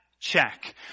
check